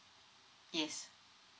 yes